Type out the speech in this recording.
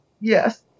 Yes